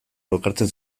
lokartzen